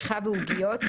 משחה ועוגיות,